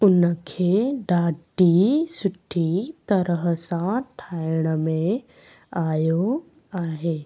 उन खे ॾाढी सुठी तरह सां ठाहिण में आयो आहे